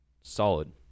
solid